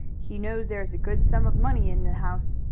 he knows there is a good sum of money in the house.